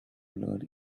blood